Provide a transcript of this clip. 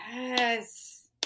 Yes